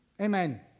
Amen